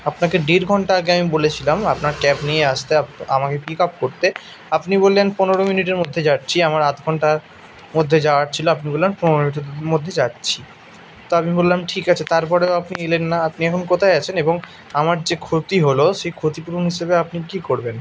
আপনাকে দেড় ঘন্টা আগে আমি বলেছিলাম আপনার ক্যাব নিয়ে আসতে আপ আমাকে পিক আপ করতে আপনি বললেন পনেরো মিনিটের মধ্যে যাচ্ছি আমার আধ ঘন্টার মধ্যে যাওয়ার ছিলো আপনি বললেন পনেরো মিনিটের মধ্যে যাচ্ছি তো আমি বললাম ঠিক আছে তারপরেও আপনি এলেন না আপনি এখন কোথায় আছেন এবং আমার যে ক্ষতি হলো সেই ক্ষতিপূরণ হিসেবে আপনি কী করবেন